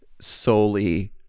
solely